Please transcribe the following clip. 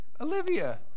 Olivia